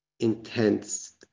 intense